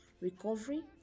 recovery